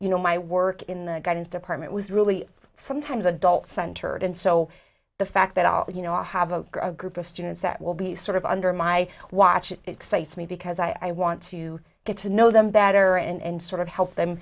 you know my work in the guidance department was really sometimes adult centered and so the fact that all that you know how a group of students that will be sort of under my watch excites me because i want to get to know them better and sort of help them